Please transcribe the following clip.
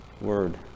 Word